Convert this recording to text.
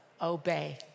obey